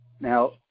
Now